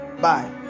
bye